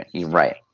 Right